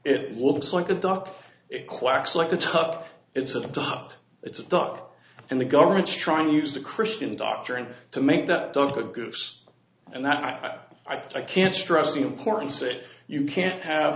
it looks like a duck it quacks like a tuck it's adopt it's a duck and the government's trying to use the christian doctrine to make that of the groups and that i i can't stress the importance that you can't have